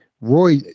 Roy